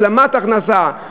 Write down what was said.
השלמת הכנסה.